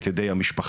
את ידי המשפחה,